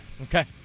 Okay